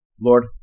Lord